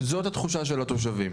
זאת התחושה של התושבים.